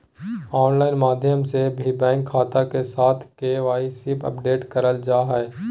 online माध्यम से भी बैंक खाता के साथ के.वाई.सी अपडेट करल जा हय